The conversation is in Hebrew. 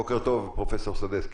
בוקר טוב לחברים והחברות,